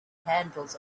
handles